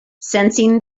sensing